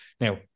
Now